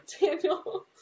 Daniel